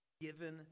given